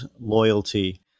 loyalty